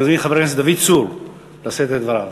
תודה רבה.